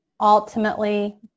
ultimately